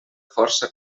força